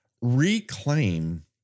reclaim